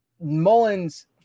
Mullins